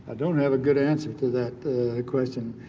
don't have a good answer to that question.